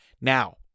Now